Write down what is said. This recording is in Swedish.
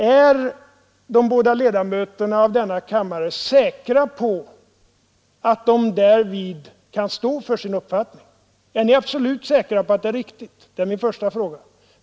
Är de båda ledamöterna av denna kammare säkra på att de därvidlag kan stå för sin uppfattning, är ni absolut säkra på att det är riktigt? Det är min första fråga.